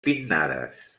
pinnades